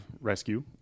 rescue